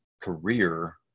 career